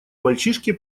мальчишки